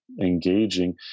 engaging